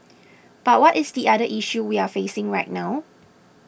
but what is the other issue we're facing right now